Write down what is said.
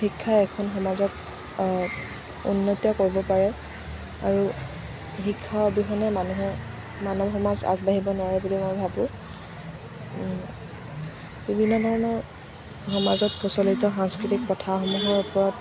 শিক্ষাই এখন সমাজক উন্নত কৰিব পাৰে আৰু শিক্ষা অবিহনে মানুহে মানৱ সমাজ আগবাঢ়িব নোৱাৰে বুলি মই ভাবোঁ বিভিন্ন ধৰণৰ সমাজত প্ৰচলিত সাংস্কৃতিক প্ৰথাসমূহৰ ওপৰত